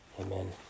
Amen